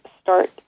start